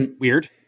weird